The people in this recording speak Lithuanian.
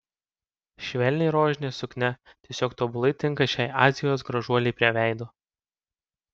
švelniai rožinė suknia tiesiog tobulai tinka šiai azijos gražuolei prie veido